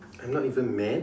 I'm not even mad